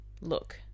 look